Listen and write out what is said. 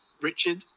Richard